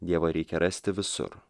dievą reikia rasti visur